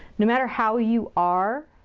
no matter how you are,